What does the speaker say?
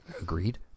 Agreed